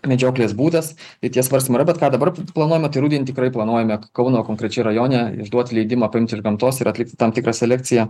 medžioklės būdas tai tie svarstymai yra bet ką dabar planuojametai rudenį tikrai planuojame kauno konkrečiai rajone išduot leidimą paimti iš gamtos ir atlikti tam tikrą selekciją